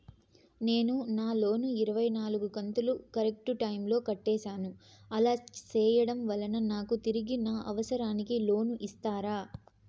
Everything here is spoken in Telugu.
నేను నా లోను ఇరవై నాలుగు కంతులు కరెక్టు టైము లో కట్టేసాను, అలా సేయడం వలన నాకు తిరిగి నా అవసరానికి లోను ఇస్తారా?